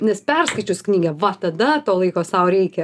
nes perskaičius knygą va tada to laiko sau reikia